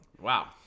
Wow